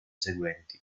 seguenti